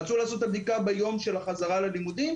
רצו לעשות את הבדיקה ביום של החזרה ללימודים,